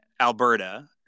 Alberta